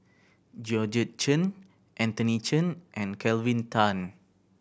Georgette Chen Anthony Chen and Kelvin Tan